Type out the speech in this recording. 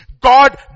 God